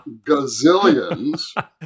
gazillions